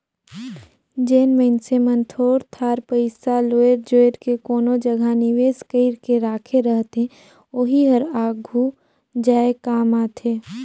जेन मइनसे मन थोर थार पइसा लोएर जोएर के कोनो जगहा निवेस कइर के राखे रहथे ओही हर आघु जाए काम आथे